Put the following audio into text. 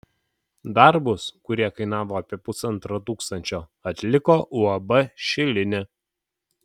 darbus kurie kainavo apie pusantro tūkstančio atliko uab šilinė